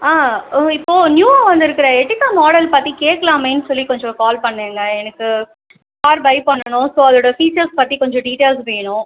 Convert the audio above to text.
ஆ ஓ இப்போ நியூவாக வந்துருக்குற எர்டிக்கா மாடல் பற்றி கேட்கலாமே சொல்லி கொஞ்சம் கால் பண்ணுணேங்க எனக்கு கார் பை பண்ணணும் ஸோ அதோடய ஃபீச்சர்ஸ் பற்றி கொஞ்சம் டீட்டெயில்ஸ் வேணும்